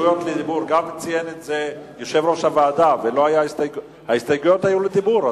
ציין יושב-ראש הוועדה שההסתייגויות היו לדיבור,